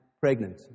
pregnant